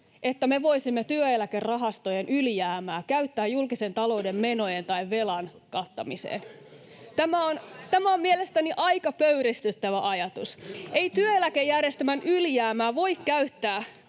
että me voisimme työeläkerahastojen ylijäämää käyttää julkisen talouden menojen tai velan kattamiseen? [Oikealta: Hävytöntä!] Tämä on mielestäni aika pöyristyttävä ajatus. [Oikealta: Kyllä!] Ei työeläkejärjestelmän ylijäämää voi käyttää